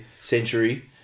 century